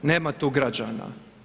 Nema tu građana.